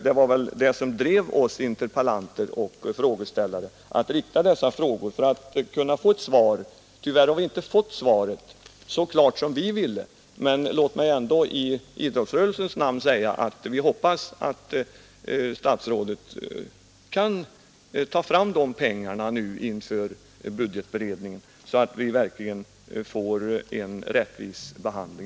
Det var väl det som drev oss interpellanter och frågeställare att rikta dessa frågor till statsrådet Odhnoff för att kunna få ett svar. Tyvärr har vi inte fått svaret så klart som vi ville ha det. Men låt mig ändå i idrottsrörelsens namn säga att vi hoppas att fru Odhnoff verkligen kan få fram pengarna nu vid budgetberedningen så att idrottsrörelsen får en rättvis behandling.